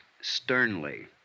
Sternly